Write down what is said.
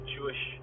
Jewish